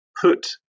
put